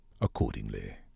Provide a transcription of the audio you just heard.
accordingly